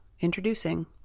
introducing